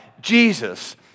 Jesus